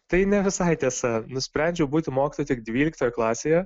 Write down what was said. tai ne visai tiesa nusprendžiau būti mokytoju tik dvyliktoj klasėje